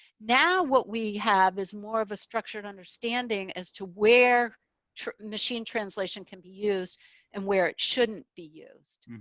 now what we have is more of a structured understanding as to where machine translation can be used and where it shouldn't be used.